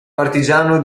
partigiano